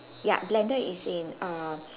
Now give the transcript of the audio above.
yup blender is in uh